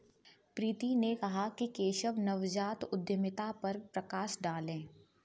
प्रीति ने कहा कि केशव नवजात उद्यमिता पर प्रकाश डालें